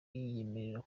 yiyemerera